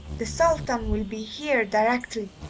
the sultan will be here directly,